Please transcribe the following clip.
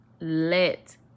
let